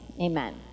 amen